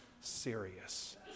serious